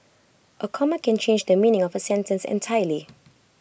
A comma can change the meaning of A sentence entirely